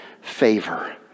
favor